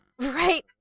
Right